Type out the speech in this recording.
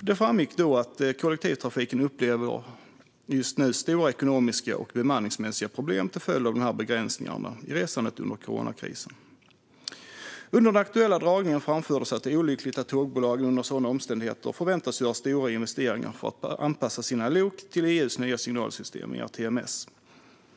Det framgick att kollektivtrafiken upplever stora ekonomiska och bemanningsmässiga problem till följd av begränsningarna i resandet under coronakrisen. Under den aktuella dragningen framfördes att det är olyckligt att tågbolagen under sådana omständigheter förväntas göra stora investeringar för att anpassa sina lok till EU:s nya signalsystem ERTMS.